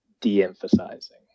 de-emphasizing